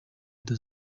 leta